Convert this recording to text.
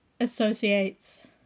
associates